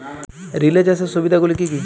Relay চাষের সুবিধা গুলি কি কি?